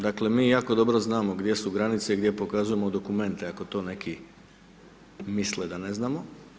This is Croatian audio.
Dakle, mi jako dobro znamo gdje su granice, gdje pokazujemo dokumente iako to neki misle da ne znamo.